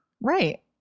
Right